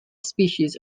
species